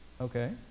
Okay